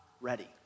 ready